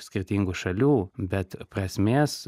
skirtingų šalių bet prasmės